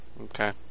Okay